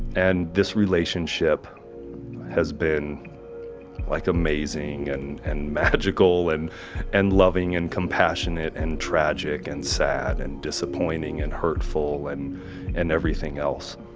and this relationship has been like amazing and and magical and and loving and compassionate and tragic and sad and disappointing and hurtful and and everything else